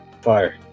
fire